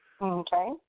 Okay